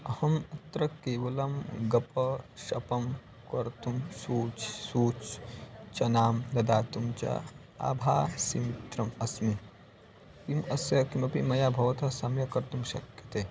अहम् अत्र केवलं गप्पा शपं कर्तुं सूच् सूचनाम् दातुं च आभासमित्रम् अस्मि किम् अस्य किमपि मया भवतः सम्यक् कर्तुं शक्यते